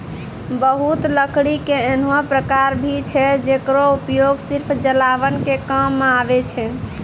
बहुत लकड़ी के ऐन्हों प्रकार भी छै जेकरो उपयोग सिर्फ जलावन के काम मॅ आवै छै